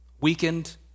weakened